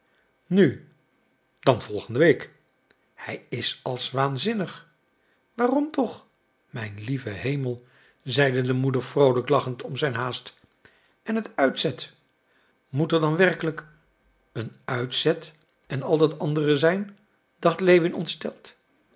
nu dan de volgende week hij is als waanzinnig waarom toch mijn lieve hemel zeide de moeder vroolijk lachend om zijn haast en het uitzet moet er dan werkelijk een uitzet en al dat andere zijn dacht lewin